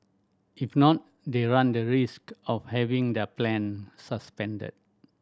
if not they run the risk of having their plan suspended